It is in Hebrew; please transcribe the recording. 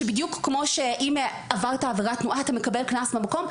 שבדיוק כמו שאם עברת עבירת תנועה אתה מקבל קנס במקום,